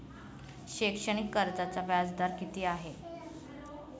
शैक्षणिक कर्जाचा व्याजदर किती आहे?